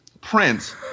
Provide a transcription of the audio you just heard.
Prince